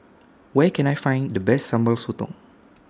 Where Can I Find The Best Sambal Sotong